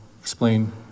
explain